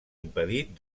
impedit